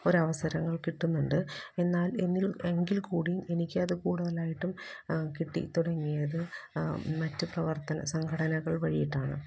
ഒരവസരങ്ങള് കിട്ടുന്നുണ്ട് എന്നാല് എങ്കില് എങ്കിൽ കൂടി എനിക്കത് കൂടുതലായിട്ടും കിട്ടിത്തുടങ്ങിയത് മറ്റ് പ്രവര്ത്തന സംഘടനകള് വഴിയായിട്ടാണ്